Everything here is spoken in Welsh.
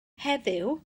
heddiw